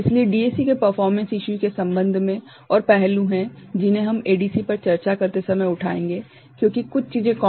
इसलिए DAC के performance के संबंध में और पहलू हैं जिन्हें हम ADC पर चर्चा करते समय उठाएंगे क्योंकि कुछ चीजें कॉमन हैं